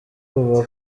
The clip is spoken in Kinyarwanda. kuva